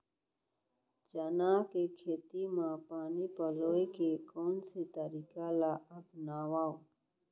चना के खेती म पानी पलोय के कोन से तरीका ला अपनावव?